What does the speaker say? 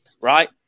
right